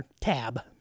tab